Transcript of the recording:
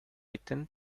tend